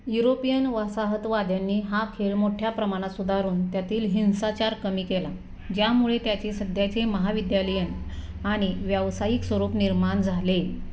European वसाहतवाद्यांनी हा खेळ मोठ्या प्रमाणात सुधारून त्यातील हिंसाचार कमी केला ज्यामुळे त्याचे सध्याचे महाविद्यालयीन आणि व्यावसायिक स्वरूप निर्माण झाले